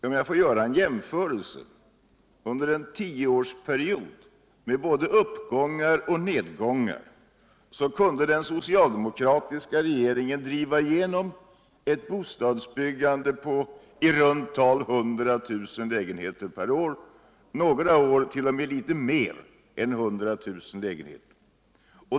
Får jag göra en jämförelse: Under en tioårsperiod med både uppgångar och nedgångar kunde den socialdemokratiska regeringen driva igenom et bostadsbyggande på I runt tal 100 000 lägenheter per år, några år 1. 0. m. litet mer än 100 000 lägenheter.